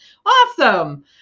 awesome